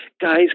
Guys